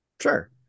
Sure